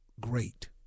great